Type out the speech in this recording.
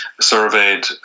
surveyed